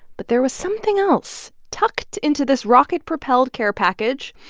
but there was something else tucked into this rocket-propelled care package,